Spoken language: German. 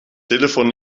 telefon